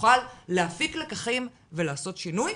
יוכל להפיק לקחים ולעשות שינוי?